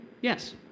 Yes